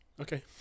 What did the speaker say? Okay